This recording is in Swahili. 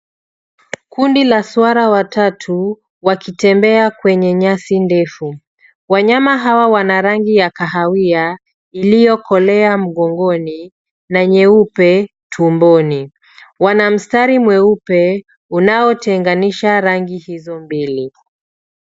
Kundi la swara watatu wakitembea kwenye nyasi ndefu. Wanyama hawa wana rangi ya kahawia iliyokolea mgongoni na nyeupe tumboni. Wana mstari mweupe unaotengenisha rangi hizo mbili.